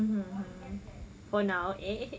mmhmm mm for now eh eh